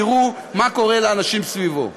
תראו מה קורה לאנשים סביבו,